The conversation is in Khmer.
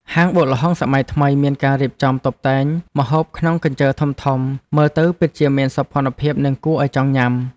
ហាងបុកល្ហុងសម័យថ្មីមានការរៀបចំតុបតែងម្ហូបក្នុងកញ្ជើធំៗមើលទៅពិតជាមានសោភ័ណភាពនិងគួរឱ្យចង់ញ៉ាំ។